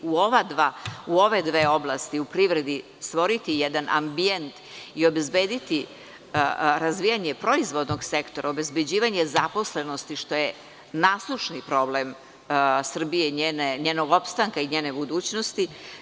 U ove dve oblasti u privredi stvoriti jedan ambijent i obezbediti razvijanje proizvodnog sektora, obezbeđivanje zaposlenosti, što je nasušni problem Srbije, njenog opstanka i njene budućnosti.